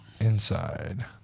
inside